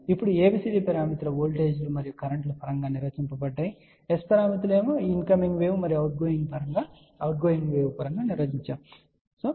ఇప్పుడు ABCD పారామితులు వోల్టేజీలు మరియు కరెంట్ పరంగా నిర్వచించబడ్డాయి S పారామితులు ఇన్ కమింగ్ వేవ్ మరియు అవుట్ గోయింగ్ వేవ్ పరంగా నిర్వచించబడ్డాయి